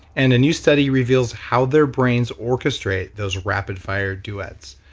and a new study reveals how their brains orchestrate those rapid fire duets.